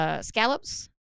scallops